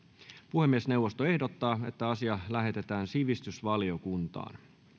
puhemiesneuvosto ehdottaa että asia lähetetään sivistysvaliokuntaan